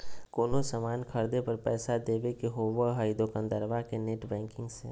कोनो सामान खर्दे पर पैसा देबे के होबो हइ दोकंदारबा के नेट बैंकिंग से